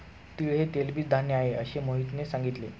तीळ हे तेलबीज धान्य आहे, असे मोहितने सांगितले